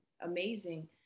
amazing